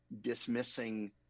dismissing